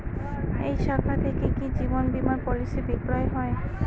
এই শাখা থেকে কি জীবন বীমার পলিসি বিক্রয় হয়?